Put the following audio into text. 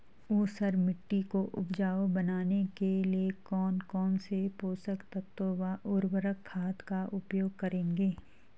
ऊसर मिट्टी को उपजाऊ बनाने के लिए कौन कौन पोषक तत्वों व उर्वरक खाद का उपयोग करेंगे?